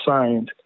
science